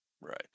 right